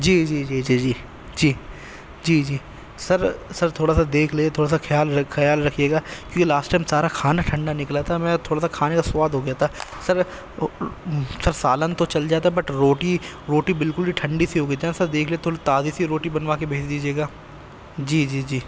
جی جی جی جی جی جی جی جی سر سر تھوڑا سا دیکھ لیں تھوڑا سا خیال خیال رکھیے گا کیوںکہ لاسٹ ٹائم سارا کھانا ٹھنڈا نکلا تھا میرا تھوڑا سا کھانے کا سواد ہو گیا تھا سر سالن تو چل جاتا بٹ روٹی روٹی بالکل بھی ٹھنڈی سی ہو گئی تھی نا سر دیکھ لیتے تھوڑی تازی سی روٹی بنوا کے بھیج دیجیے گا جی جی جی